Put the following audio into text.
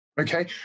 okay